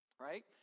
right